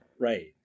Right